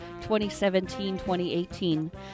2017-2018